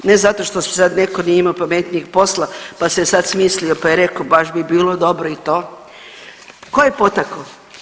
Ne zato što su sad neko nije imao pametnijeg posla, pa se je sad smislio, pa je rekao baš bi bilo dobro i to, ko je potakao?